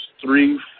three